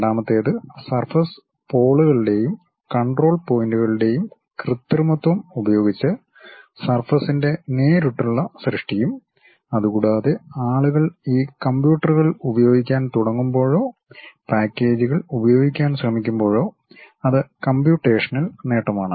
രണ്ടാമത്തേത് സർഫസ് പോളുകളുടെയും കൺട്രോൾ പോയിന്റുകളുടെയും കൃത്രിമത്വം ഉപയോഗിച്ച് സർഫസിൻ്റെ നേരിട്ടുള്ള സൃഷ്ടിയും അതുകൂടാതെ ആളുകൾ ഈ കമ്പ്യൂട്ടറുകൾ ഉപയോഗിക്കാൻ തുടങ്ങുമ്പോഴോ പാക്കേജുകൾ ഉപയോഗിക്കാൻ ശ്രമിക്കുമ്പോഴോ അത് കമ്പ്യൂട്ടേഷണൽ നേട്ടമാണ്